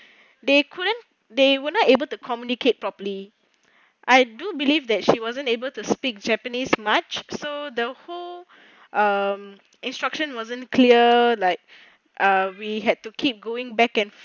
they couldn't they were not able to communicate properly I do believe that she wasn't able to speak japanese much so the whole um instruction wasn't clear like we had to keep going back and forth